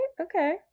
Okay